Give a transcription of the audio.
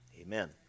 Amen